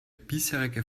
bisherige